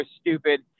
stupid